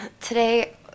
today